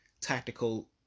tactical